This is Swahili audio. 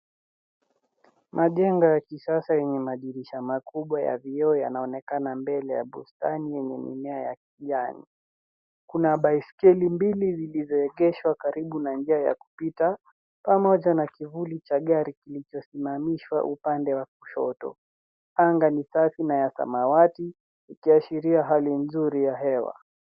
Majengo ya kisasa yenye madirisha makubwa na vioo yanaonekana mbele ya bustani yenye mimea ya kijani. Kuna baiskeli mbili zilizoegeshwa karibu na njia ya kupita pamoja na kivuli cha gari kilichosimamishwa upande wa kushoto. Anga ni safi na ya samawati ikiashiria hali nzuri ya hewa.